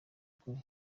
ukuri